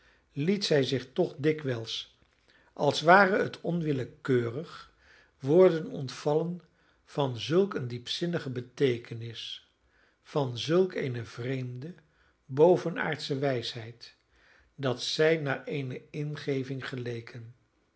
liet zij zich toch dikwijls als ware het onwillekeurig woorden ontvallen van zulk een diepzinnige beteekenis van zulk eene vreemde bovenaardsche wijsheid dat zij naar eene ingeving geleken